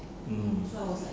mm